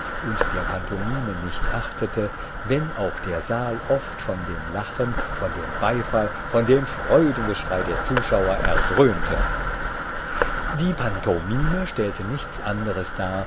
und der pantomime nicht achtete wenn auch der saal oft von dem lachen von dem beifall von dem freudengeschrei der zuschauer erdröhnte die pantomime stellte nichts anderes dar